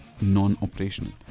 non-operational